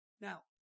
Now